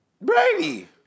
Brady